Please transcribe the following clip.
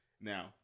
Now